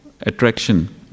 Attraction